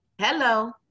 Hello